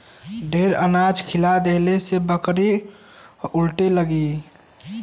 ढेर अनाज खिया देहले से बकरी उलटे लगेला